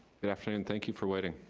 good afternoon, thank you for waiting.